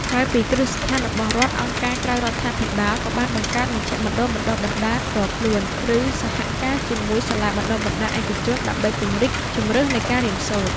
ក្រៅពីគ្រឹះស្ថានរបស់រដ្ឋ អង្គការក្រៅរដ្ឋាភិបាលក៏បានបង្កើតមជ្ឈមណ្ឌលបណ្តុះបណ្តាលផ្ទាល់ខ្លួន ឬសហការជាមួយសាលាបណ្តុះបណ្តាលឯកជន ដើម្បីពង្រីកជម្រើសនៃការរៀនសូត្រ។